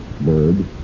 bird